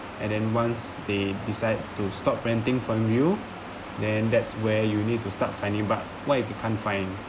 and then once they decide to stop renting from you then that's where you need to start find new but what if you can't find